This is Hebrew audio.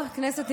אה,